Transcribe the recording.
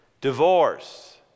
divorce